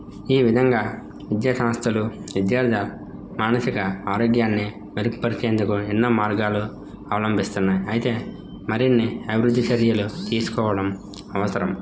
ఈ విధంగా విద్యా సంస్థలు విద్యార్థుల మానసిక ఆరోగ్యాన్ని మెరుగుపరిచేందుకు ఎన్నో మార్గాలు అవలంబిస్తున్నాయ్ అయితే మరిన్ని అభివృద్ధి చర్యలు తీసుకోవడం అవసరం